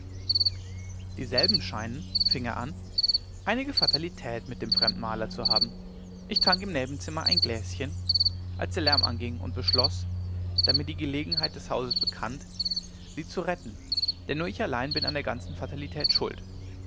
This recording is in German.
dieselben scheinen fing er an einige fatalität mit dem fremden maler zu haben ich trank im nebenzimmer ein gläschen als der lärm anging und beschloß da mir die gelegenheit des hauses bekannt sie zu retten denn nur ich allein bin an der ganzen fatalität schuld